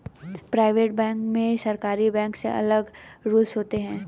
private bank में सरकारी bank से अलग रूल्स होते है